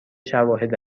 شواهد